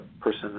person